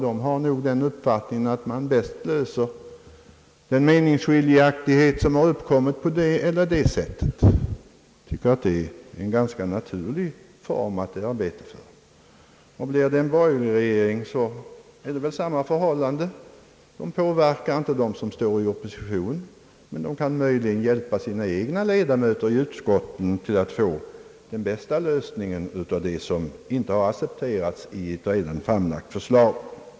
Jag tycker att detta är en ganska naturlig arbetsform. Om det kommer en borgerlig regering så blir det väl samma förhållande. Regeringen påverkar inte dem som står i opposition men kan möjligen hjälpa sina egna ledamöter i utskottet att få den bästa lösningen i fråga om det som inte accepterats i ett redan framlagt förslag.